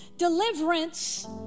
Deliverance